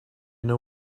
know